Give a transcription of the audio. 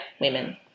women